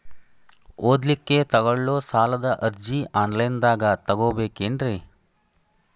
ಓದಲಿಕ್ಕೆ ತಗೊಳ್ಳೋ ಸಾಲದ ಅರ್ಜಿ ಆನ್ಲೈನ್ದಾಗ ತಗೊಬೇಕೇನ್ರಿ?